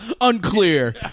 Unclear